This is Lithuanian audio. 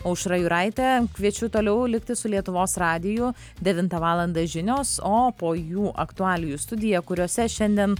aušra juraitė kviečiu toliau likti su lietuvos radiju devintą valandą žinios o po jų aktualijų studija kuriose šiandien